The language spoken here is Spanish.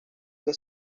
que